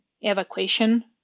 evacuation